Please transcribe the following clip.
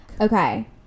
okay